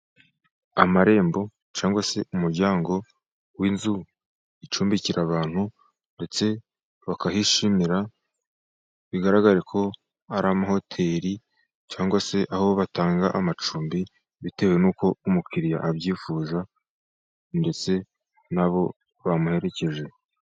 Amarembo cyangwa se umuryango w'inzu icumbikira abantu ndetse bakahishimira, bigaragare ko ari amahoteri cyangwa se aho batanga amacumbi, bitewe n'uko umukiriya abyifuza ndetse n'abo bamuherekeje.